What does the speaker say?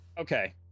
Okay